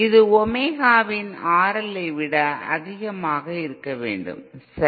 இது ஒமேகாவின் RL ஐ விட அதிகமாக இருக்க வேண்டும் சரி